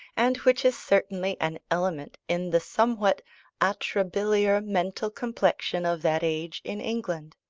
and which is certainly an element in the somewhat atrabiliar mental complexion of that age in england.